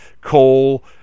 coal